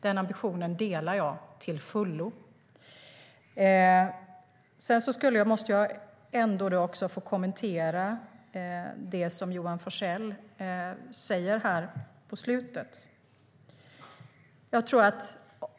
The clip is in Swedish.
Den ambitionen delar jag till fullo. Sedan måste jag få kommentera det som Johan Forssell säger i slutet av sitt inlägg.